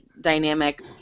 dynamic